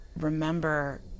remember